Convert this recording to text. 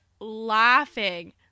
laughing